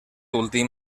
últim